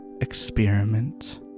experiment